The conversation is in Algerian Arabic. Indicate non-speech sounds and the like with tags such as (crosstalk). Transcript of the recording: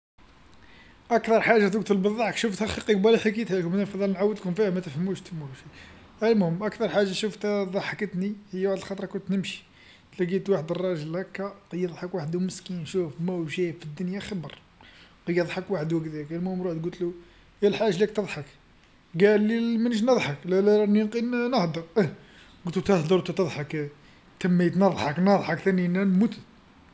أكثر حاجة تكتل بالضحك شفتها يخي قبالا حكيتهالكم أنا نفضل نعاودلكم فيها ما تفهموش نتوما، (unintelligible) المهم أكثر حاجة شفتها ضحكتني هي واحد الخطرة كنت نمشي تلاقيت واحد الرجل هاكا يضحك وحدو مسكين شوف ماهوش جايب للدنيا خبر، باقي يضحك وحدو هكذاك، المهم روحت قلتلو يا الحاج لاك تضحك، قالي (unintelligible) مانيش نضحك لا لا راني غي- غي نهدر، قلتلو تهدر ونتا تضحك، تميت نضحك نضحك ثاني نا نموت.